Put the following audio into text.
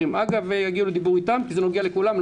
עם הג"א ויגיעו לדיבור איתם כי זה נוגע לכולם,